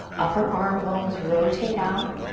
upper arm bones rotate out.